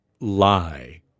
lie